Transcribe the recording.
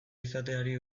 izateari